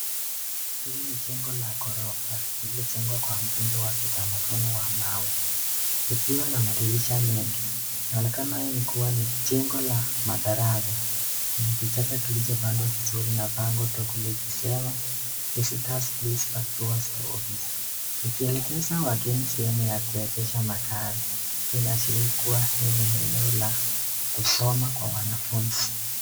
Hili nijengo la gorofa lilijengwa kwa mtindo wa kitamanduni wa mawe, ukiwa na madirisha mengi. Liaonekana hili ni jengo la madarasa na kichaka kilichopandwa vizuri na bango likisema visitors please pass through the office likielekeza wageni sehemu ya kuegesha magari. Inaashiria hii ni eneo la kusoma kwa wanafunzi.